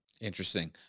Interesting